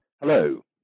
Hello